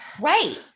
Right